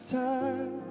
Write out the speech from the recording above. time